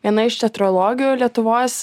viena iš tetralogių lietuvos